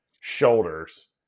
shoulders